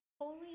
Holy